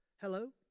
Hello